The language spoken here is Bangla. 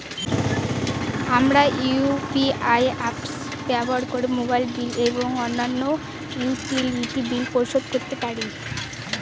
আমরা ইউ.পি.আই অ্যাপস ব্যবহার করে মোবাইল বিল এবং অন্যান্য ইউটিলিটি বিল পরিশোধ করতে পারি